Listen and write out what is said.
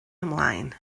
ymlaen